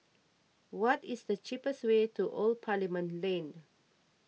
what is the cheapest way to Old Parliament Lane